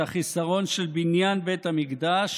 את החיסרון של בניין בית המקדש,